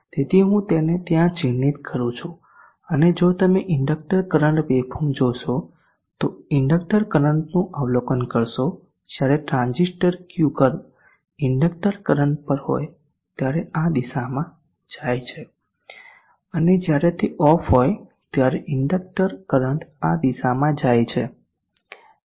તેથી હું તેને ત્યાં ચિહ્નિત કરું છું અને જો તમે ઇન્ડક્ટર કરંટ વેવફોર્મ જોશો તો ઇન્ડક્ટર કરંટનું અવલોકન કરશો જ્યારે ટ્રાન્ઝિસ્ટર Q ઇન્ડક્ટર કરંટ પર હોય ત્યારે આ દિશામાં જાય છે અને જ્યારે તે ઓફ હોય ત્યારે ઇન્ડક્ટર કરંટ આ દિશામાં જાય છે